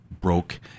broke